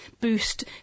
boost